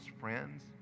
friends